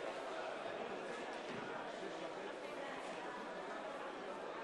כמה חיוני ללחום בדעות קדומות בעולם שלנו.